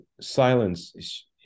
silence